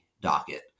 docket